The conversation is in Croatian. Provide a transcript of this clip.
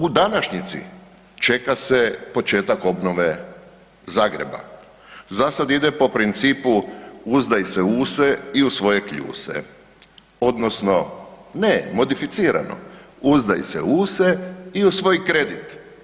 U današnjici čeka se početak obnove Zagreba, za sad ide po principu „uzdaj se u se i u svoje kljuse“ odnosno ne modificirano „uzdaj se u se i u svoj kredit“